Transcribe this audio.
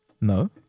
No